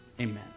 amen